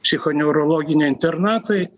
psichoneurologiniai internatai